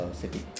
city